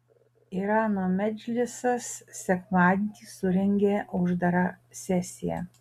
irano medžlisas sekmadienį surengė uždarą sesiją